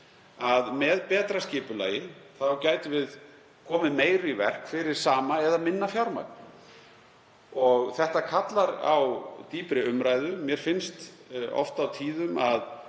að með betra skipulagi gætum við komið meiru í verk fyrir sama eða minna fjármagn. Þetta kallar á dýpri umræðu. Mér finnst oft og tíðum að